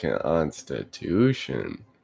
Constitution